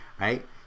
right